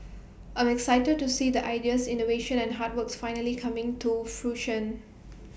I'm excited to see the ideas innovations and hard works finally coming to fruition